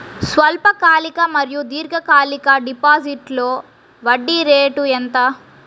స్వల్పకాలిక మరియు దీర్ఘకాలిక డిపోజిట్స్లో వడ్డీ రేటు ఎంత?